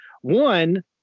one